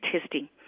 testing